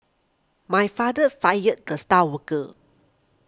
my father fired the star worker